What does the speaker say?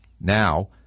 Now